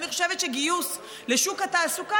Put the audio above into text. אני חושבת שגיוס לשוק התעסוקה,